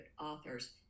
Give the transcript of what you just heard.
authors